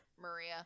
Maria